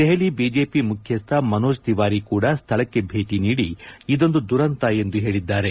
Delhi BJP ಮುಖ್ಯಸ್ಥ ಮನೋಜ್ ತಿವಾರಿ ಕೂಡ ಸ್ಥಳಕ್ಕೆ ಭೇಟಿ ನೀಡಿ ಇದೊಂದು ದುರಂತ ಎಂದು ಹೇಳಿದ್ದಾರೆ